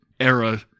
era